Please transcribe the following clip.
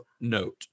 note